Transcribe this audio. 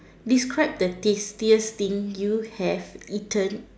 describe the tastiest thing you have eaten